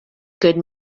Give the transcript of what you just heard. good